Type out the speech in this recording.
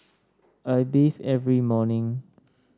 I bathe every morning